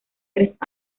tres